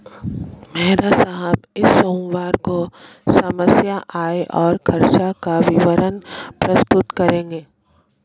मेहरा साहब इस सोमवार को समस्त आय और खर्चों का विवरण प्रस्तुत करेंगे